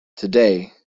today